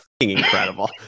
incredible